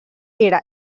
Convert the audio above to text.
era